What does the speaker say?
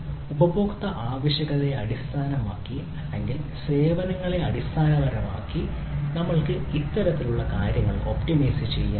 ഉപഭോക്തൃ ആവശ്യകതയെ അടിസ്ഥാനമാക്കി അല്ലെങ്കിൽ സേവനങ്ങളെ അടിസ്ഥാനമാക്കി അടിസ്ഥാനപരമായി നമ്മൾക്ക് ഇത്തരത്തിലുള്ള കാര്യങ്ങൾ ഒപ്റ്റിമൈസ് ചെയ്യാൻ കഴിയും